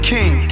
King